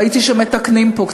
ראיתי שמתקנים פה קצת.